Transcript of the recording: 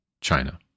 China